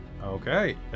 Okay